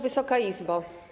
Wysoka Izbo!